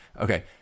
Okay